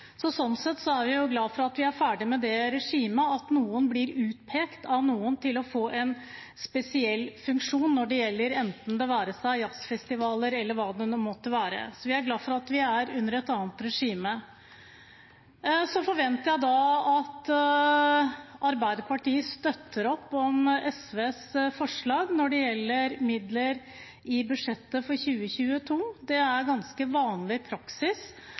Så har jeg bare noen kommentarer til knutepunktordningen. Den ble vel evaluert og ble oppfattet som nokså urettferdig av dem som ikke fikk tildelt knutepunktfunksjon. Sånn sett er vi glade for at vi er ferdige med det regimet der noen blir utpekt av noen til å få en spesiell funksjon, enten det gjelder jazzfestivaler eller hva det enn måtte være. Vi er glade for at vi er under et annet regime. Jeg forventer at Arbeiderpartiet støtter opp om SVs forslag når det gjelder midler i budsjettet for